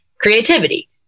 creativity